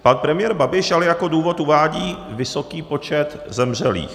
Pan premiér Babiš ale jako důvod uvádí vysoký počet zemřelých.